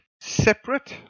separate